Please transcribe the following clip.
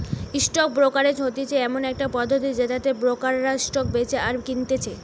stock brokerage হতিছে এমন একটা পদ্ধতি যেটাতে ব্রোকাররা স্টক বেচে আর কিনতেছে